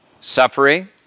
suffering